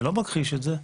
אני לא מכחיש את זה.